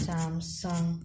Samsung